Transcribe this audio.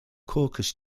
caucus